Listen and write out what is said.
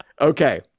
Okay